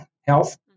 health